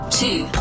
two